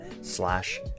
slash